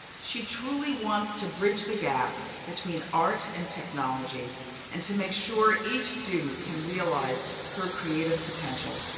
she truly wants to bridge the gap between art and technology and to make sure each student can realize her creative potential.